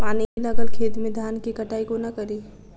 पानि लागल खेत मे धान केँ कटाई कोना कड़ी?